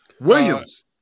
Williams